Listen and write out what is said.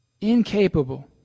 incapable